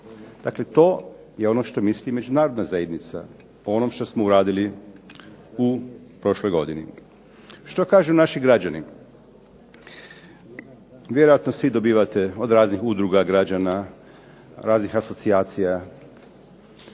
Dakle to je ono što misli međunarodna zajednica, o onom što smo uradili u prošloj godini. Što kažu naši građani? Vjerojatno svi dobivate od raznih udruga građana, raznih asocijacija